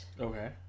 Okay